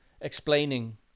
explaining